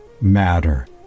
matter